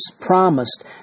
promised